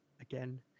again